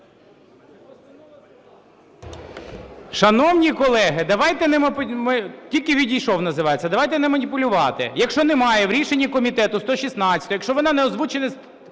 називається! Давайте не маніпулювати. Якщо немає в рішенні комітету 116-ї, якщо вона не озвучена